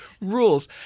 Rules